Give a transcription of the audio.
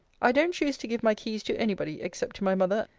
i don't choose to give my keys to any body, except to my mother,